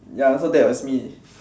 ya so that was me